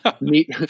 Meet